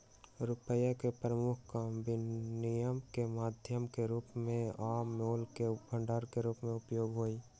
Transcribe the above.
रुपइया के प्रमुख काम विनिमय के माध्यम के रूप में आ मोल के भंडार के रूप में उपयोग हइ